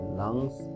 lungs